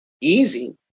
easy